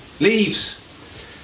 Leaves